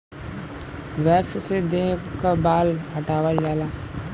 wax से देह क बाल हटावल जाला